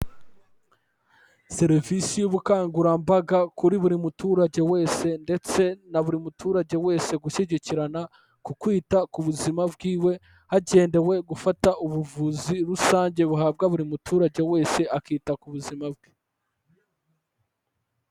Serivisi y'ubukangurambaga kuri buri muturage wese ndetse na buri muturage wese gushyigikirana, ku kwita ku buzima bwiwe hagendewe gufata ubuvuzi rusange buhabwa buri muturage wese akita ku buzima bwe.